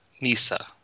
Nisa